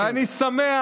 אני שמח,